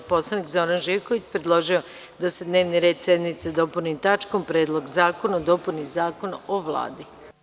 Narodni poslanik Zoran Živković predložio je da se dnevni red sednice dopuni tačkom – Predlog zakona o dopuni Zakona o Vladi.